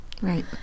Right